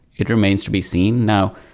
it remains to be seen. now,